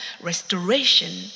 restoration